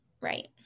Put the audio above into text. right